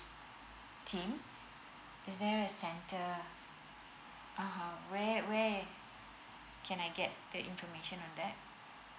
team is there a center (uh huh) where where can I get the information on that